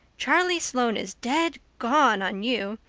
charlie sloane is dead gone on you.